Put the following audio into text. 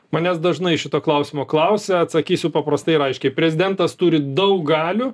manęs dažnai šito klausimo klausia atsakysiu paprastai ir aiškiai prezidentas turi daug galių